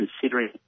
considering